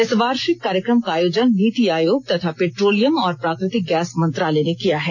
इस वार्षिक कार्यक्रम का आयोजन नीति आयोग तथा पेंट्रोलियम और प्राकृतिक गैस मंत्रालय ने किया है